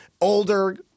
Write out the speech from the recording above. older